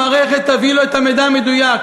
המערכת תביא לו את המידע המדויק.